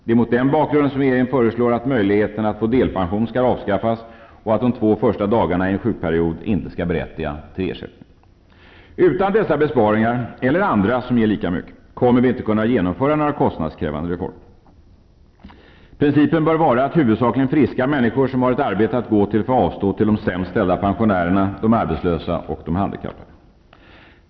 Det är mot den bakgrunden som regeringen föreslår att möjligheterna att få delpension skall avskaffas och att de två första dagarna i en sjukperiod inte skall berättiga till ersättning. Utan dessa besparingar--eller andra som ger lika mycket--kommer vi inte att kunna genomföra några kostnadskrävande reformer. Principen bör vara att huvudsakligen friska människor som har ett arbete att gå till får avstå till de sämst ställda pensionärerna, de arbetslösa och de handikappade.